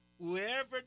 Whoever